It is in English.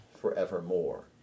forevermore